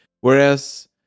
whereas